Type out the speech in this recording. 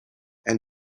and